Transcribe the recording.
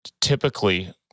typically